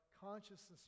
consciousness